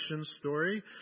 story